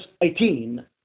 18